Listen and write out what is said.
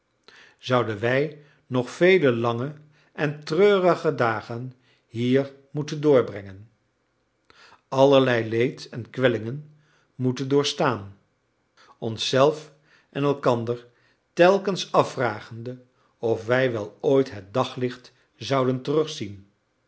zouden wij nog vele lange en treurige dagen hier moeten doorbrengen allerlei leed en kwellingen moeten doorstaan ons zelf en elkander telkens afvragende of wij wel ooit het daglicht zouden terugzien